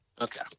Okay